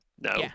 No